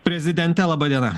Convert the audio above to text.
prezidente laba diena